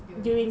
during